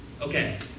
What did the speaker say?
Okay